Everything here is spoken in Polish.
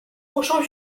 muszą